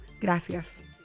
Gracias